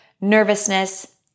nervousness